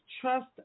trust